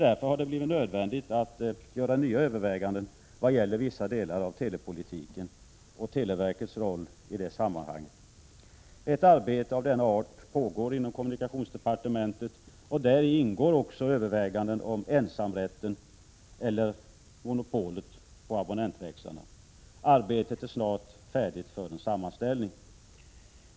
Därför har det blivit nödvändigt att göra nya överväganden vad gäller vissa delar av telepolitiken och televerkets roll i det sammanhanget. Ett arbete av denna art pågår inom kommunikationsdepartementet. Däri ingår också överväganden om ensamrätten eller monopolet på abonnentväxlarna. Arbetet är snart färdigt för en sammanställning.